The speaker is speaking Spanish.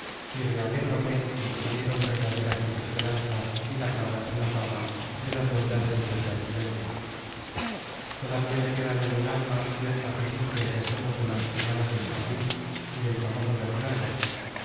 y realégrome de que salieron verdaderas mis esperanzas dilatadas en la fama de las bondades de vuesa excelencia todavía me quedan en el alma ciertas reliquias y asomos de las semanas del jardin y del famoso bernardo